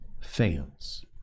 fails